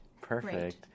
Perfect